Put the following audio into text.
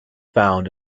found